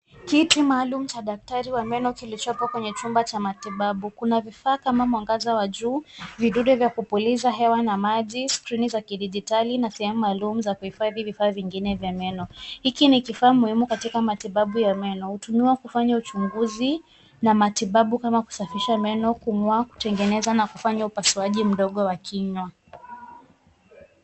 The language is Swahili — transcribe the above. Kiti maalumu cha daktari wa meno kilichopo kwenye chumba cha matibabu. Kuna vifaa kama mwangaza wa juu, vidude vya kupuliza hewa na maji, skirini za kidijitali, na sehemu maalumu za kihifadhi vifaa vingine vya meno. Hiki ni kifaa muhimu katika matibabu ya meno. Hutumiwa kufanya uchunguzi na matibabu kama kusafisha meno, kung'oa, kutengeneza, na kufanya upasuaji mdogo wa kinywa.